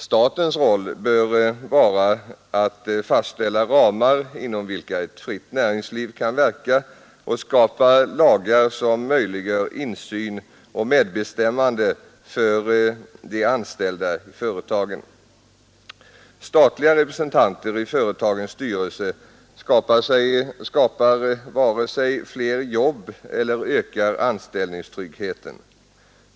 Statens roll bör vara att fastställa ramar inom vilka ett fritt näringsliv kan verka och skapa lagar som möjliggör insyn och medbestämmande för de anställda i företagen. Statliga representanter i företagens styrelser skapar vare sig fler jobb eller ökar anställningstryggheten.